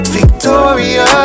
Victoria